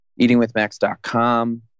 eatingwithmax.com